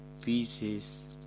pieces